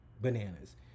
bananas